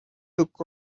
took